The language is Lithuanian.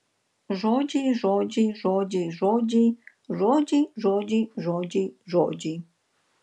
žodžiai žodžiai žodžiai žodžiai žodžiai žodžiai žodžiai žodžiai